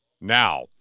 now